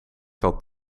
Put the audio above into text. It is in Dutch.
had